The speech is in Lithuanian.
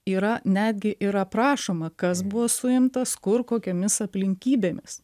yra netgi ir aprašoma kas buvo suimtas kur kokiomis aplinkybėmis